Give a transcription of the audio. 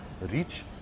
reach